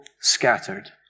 scattered